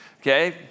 Okay